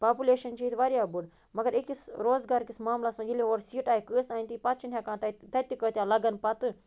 population چھِ ییٚتہِ واریاہ بٔڑ مگر أکِس روزگار کِس معملس منٛز ییٚلہِ اورٕ سیٖٹہٕ آیہِ کٔژ تانہِ تھٕے پَتہٕ چھِنہٕ ہٮ۪کان تَتہِ تَتہِ کۭتیاہ لَگَن پَتہٕ